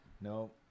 No